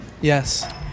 Yes